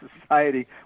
society